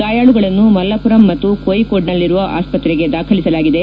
ಗಾಯಾಳುಗಳನ್ನು ಮಲ್ಲಪುರಂ ಮತ್ತು ಕೊಯಿಕೊಡ್ನಲ್ಲಿರುವ ಆಸ್ಪತ್ರೆಗೆ ದಾಖಲಿಸಲಾಗಿದೆ